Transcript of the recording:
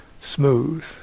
smooth